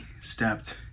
stepped